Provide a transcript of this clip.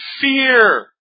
fear